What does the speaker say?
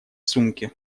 сумке